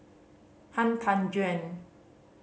Han Tan Juan